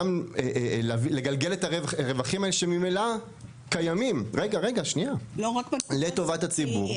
גם לגלגל את הרווחים האלה שממילא קיימים לטובת הציבור.